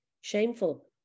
shameful